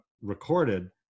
recorded